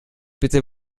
bitte